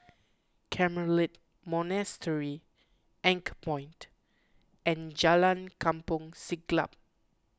Carmelite Monastery Anchorpoint and Jalan Kampong Siglap